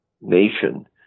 nation